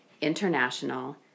international